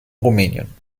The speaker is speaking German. rumänien